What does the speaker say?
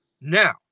Now